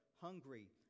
hungry